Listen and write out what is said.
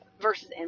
versus